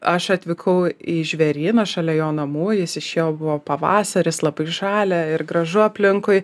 aš atvykau į žvėryną šalia jo namų jis išėjo buvo pavasaris labai žalia ir gražu aplinkui